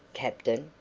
captain!